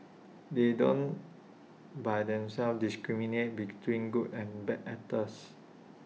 they don't by themselves discriminate between good and bad actors